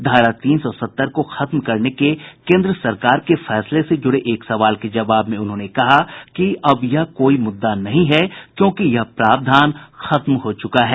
धारा तीन सौ सत्तर को खत्म करने के केन्द्र सरकार के फैसले से जुड़े एक सवाल के जवाब में उन्होंने कहा कि अब यह कोई मुद्दा नहीं है क्योंकि यह प्रावधान खत्म हो चुका है